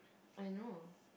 I know